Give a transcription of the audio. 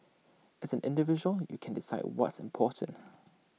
as an individual you can decide what's important